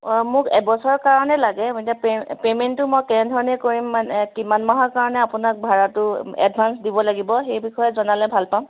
অঁ মোক এবছৰৰ কাৰণে লাগে মই এতিয়া পে পেমেণ্টটো মই কেনেধৰণে কৰিম মানে কিমান মাহৰ কাৰণে আপোনাক ভাড়াটো এডভাঞ্চ দিব লাগিব সেই বিষয়ে জনালে মই ভাল পাম